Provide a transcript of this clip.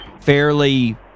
fairly